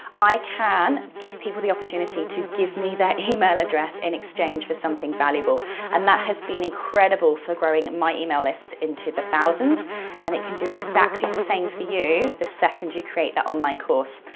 i can give people the opportunity to give me their email address in exchange for something valuable and that has been incredible for growing my email list into the thousands and it can do exactly the same for you the second you create that online course.